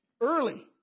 early